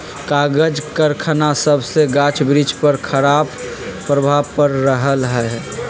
कागज करखना सभसे गाछ वृक्ष पर खराप प्रभाव पड़ रहल हइ